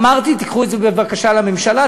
אמרתי: תיקחו את זה בבקשה לממשלה,